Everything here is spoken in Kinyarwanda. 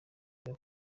iba